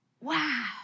wow